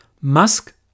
Musk